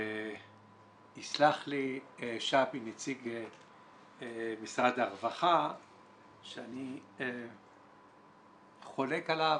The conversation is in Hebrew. יסלח לי שבי, נציג משרד הרווחה שאני חולק עליו